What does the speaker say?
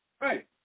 Right